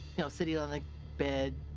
know, sitting on the bed.